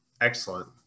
Excellent